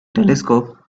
telescope